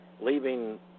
leaving